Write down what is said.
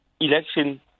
election